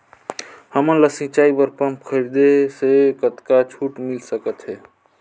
हमन ला सिंचाई बर पंप खरीदे से कतका छूट मिल सकत हे?